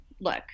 look